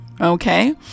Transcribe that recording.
okay